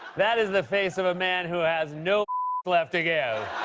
that is the face of a man who has no left yeah